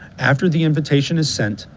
after the invitation is sent,